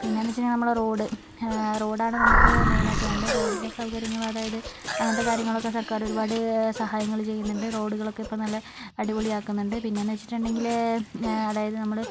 പിന്നെന്നിച്ചാൽ നമ്മളെ റോഡ് റോഡാണു നമുക്ക് മെയിനായിട്ട് വേണ്ടേ റോഡിൻ്റെ സൗകര്യങ്ങൾ അതായത് അങ്ങനത്തെ കാര്യങ്ങളൊക്ക സർക്കാർ ഒരുപാട് സഹായങ്ങൾ ചെയ്യുന്നുണ്ട് റോഡുകളൊക്കെ ഇപ്പോൾ നല്ല അടിപൊളി ആക്കുന്നുണ്ട് പിന്നെന്നിച്ചിട്ടുണ്ടെങ്കിൽ അതായത് നമ്മൾ